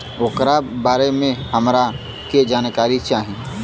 ओकरा बारे मे हमरा के जानकारी चाही?